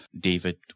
David